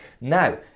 Now